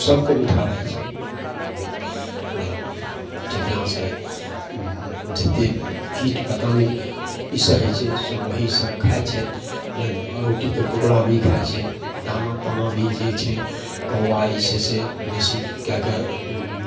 सबके मीठा लागै छै सुनैत सुनैत चिड़िआँसे जतेक कीट पतङ्ग ईसब होइ छै सब वएहसब खाइ छै रोटीके टुकड़ा भी खाइ छै दाना ताना भी जे छै कौआ जे छै से बेसी कै के